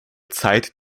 zeit